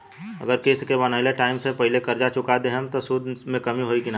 अगर किश्त के बनहाएल टाइम से पहिले कर्जा चुका दहम त सूद मे कमी होई की ना?